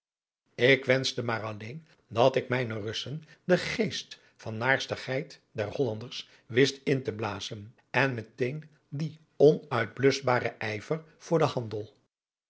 ik wenschte maar alleen dat ik mijnen russen de geest van naarstigheid der hollanders wist in te blazen en meteen dien onuitbluschbaren ijver voor den handel